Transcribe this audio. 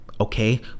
Okay